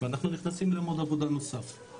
ואנחנו נכנסים למוד עבודה נוסף.